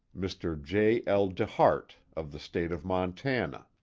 mr. j. l. dehart of the state of montana